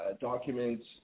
documents